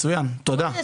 מצוין, תודה.